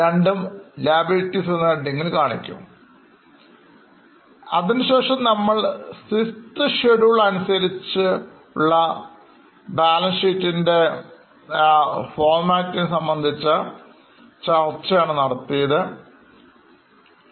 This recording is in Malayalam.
രണ്ടും Liabilities ഹെഡ്ഡിംഗ് കാണിക്കുന്നു അതിനുശേഷം നമ്മൾ VIthschedule സംബന്ധിച്ച് ചർച്ചനടത്തുകയുണ്ടായി